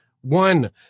one